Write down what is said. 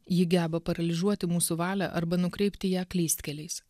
ji geba paralyžiuoti mūsų valią arba nukreipti ją klystkeliais